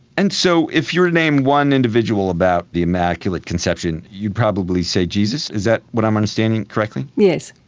and so if you were to name one individual about the immaculate conception, you'd probably say jesus, is that what i'm understanding correctly? yes.